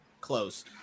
close